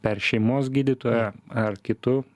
per šeimos gydytoją ar kitu